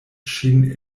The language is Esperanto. ŝin